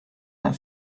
that